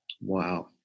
Wow